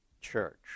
church